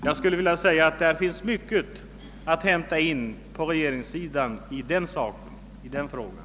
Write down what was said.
Jag skulle vilja säga att det i detta avseende finns mycket att hämta in på regeringssidan.